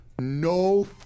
No